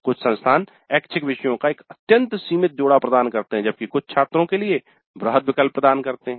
कुछ संस्थान ऐच्छिक विषयों का एक अत्यंत सीमित जोड़ा सेट प्रदान करते हैं जबकि कुछ छात्रों के लिए वृहद विकल्प प्रदान करते हैं